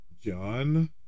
John